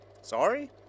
Sorry